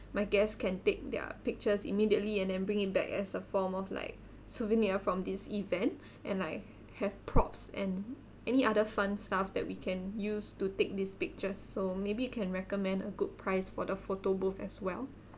my guests can take their pictures immediately and then bring it back as a form of like souvenir from this event and like have props and any other fun stuff that we can use to take these pictures so maybe you can recommend a good price for the photo booth as well